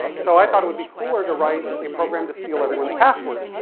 so i thought it would be cooler to write a program to steal everyone's password.